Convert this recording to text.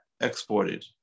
exported